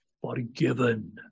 Forgiven